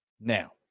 Now